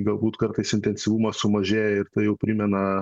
galbūt kartais intensyvumas sumažėja ir tai jau primena